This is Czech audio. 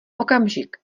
okamžik